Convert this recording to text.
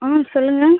ஆ சொல்லுங்கள்